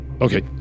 Okay